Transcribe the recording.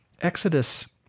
Exodus